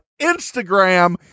Instagram